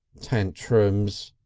tantrums,